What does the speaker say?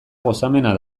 gozamena